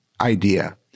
idea